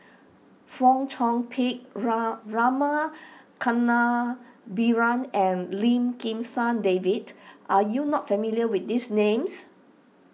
Fong Chong Pik Ra Rama Kannabiran and Lim Kim San David are you not familiar with these names